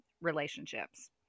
relationships